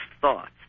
thoughts